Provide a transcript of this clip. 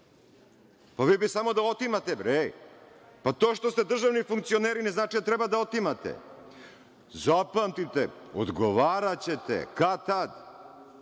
Vi bi samo da otimate, bre. To što ste državni funkcioneri, ne znači da treba da otimate. Zapamtite, odgovaraćete kad-tad.